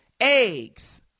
eggs